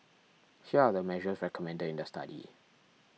here are the measures recommended in the study